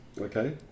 Okay